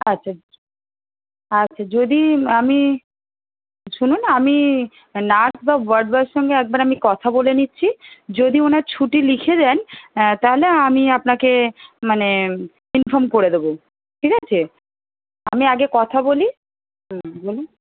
আচ্ছা আচ্ছা যদি আমি শুনুন আমি নার্স বা ওয়ার্ড বয়ের সঙ্গে একবার আমি কথা বলে নিচ্ছি যদি ওনার ছুটি লিখে দেন তাহলে আমি আপনাকে মানে ইনফর্ম করে দেবো ঠিক আছে আমি আগে কথা বলি হুম বলুন